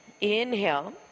inhale